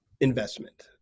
investment